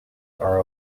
are